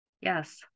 Yes